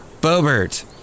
BoBert